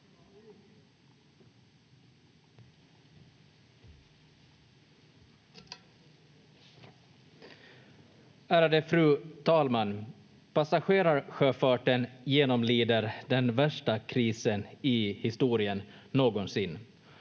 Ärade fru talman! Passagerarsjöfarten genomlider den värsta krisen i historien någonsin.